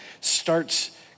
starts